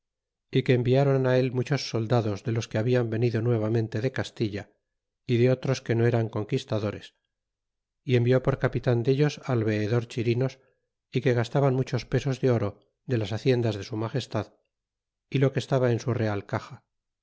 y que enviaron él muchos soldados de los que habian venido nuevamente de castilla y de otros que no eran conquistadores y envió por capitan dellos al veedor chirinos y que gastaban muchos pesos de oro de las haciendas de su magestad y lo que estaba en su real caxa